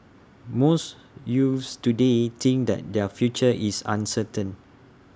most youths today think that their future is uncertain